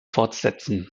fortsetzen